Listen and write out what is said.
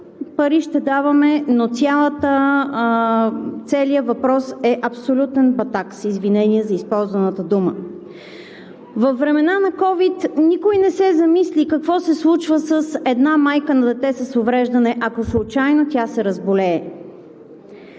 пари ще даваме, но целият въпрос е абсолютен батак, с извинение за използваната дума. Във времена на COVID никой не се замисли какво се случва с една майка на дете с увреждане, ако случайно тя се разболее.